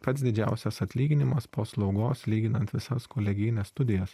pats didžiausias atlyginimas po slaugos lyginant visas kolegijines studijas